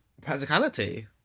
practicality